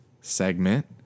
segment